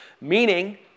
Meaning